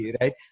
Right